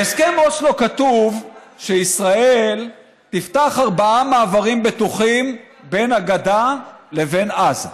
בהסכם אוסלו כתוב שישראל תפתח ארבעה מעברים בטוחים בין הגדה לבין עזה.